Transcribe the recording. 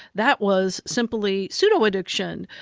that was simply pseudo-addiction.